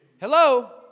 Hello